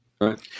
right